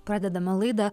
pradedame laidą